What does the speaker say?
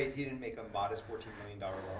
he didn't make a modest fourteen million dollars